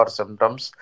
symptoms